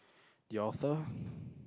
the author